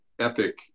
epic